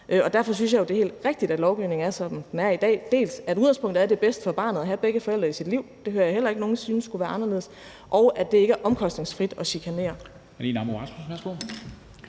Derfor synes jeg jo, det er helt rigtigt, at lovgivningen er, som den er i dag, dels at udgangspunktet er, at det er bedst for barnet at have begge forældre i sit liv – det hører jeg heller ikke nogen synes skulle være anderledes – dels at det ikke er omkostningsfrit at chikanere.